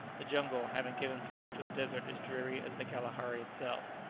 the jungle having given place to a desert as dreary as the kalahari itself.